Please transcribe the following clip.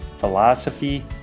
philosophy